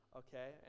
okay